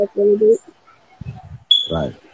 Right